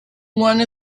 one